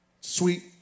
sweet